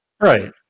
Right